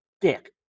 dick